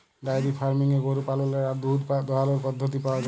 diary ফার্মিংয়ে গরু পাললের আর দুহুদ দহালর পদ্ধতি পাউয়া যায়